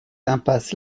impasse